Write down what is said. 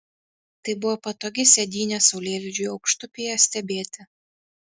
tai buvo patogi sėdynė saulėlydžiui aukštupyje stebėti